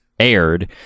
Aired